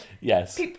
Yes